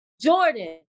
Jordan